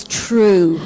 true